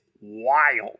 wild